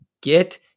get